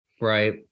right